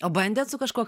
o bandėt su kažkuo